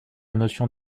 notion